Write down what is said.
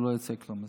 לא יצא כלום מזה.